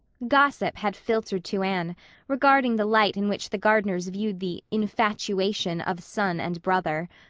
gossip had filtered to anne regarding the light in which the gardners viewed the infatuation of son and brother.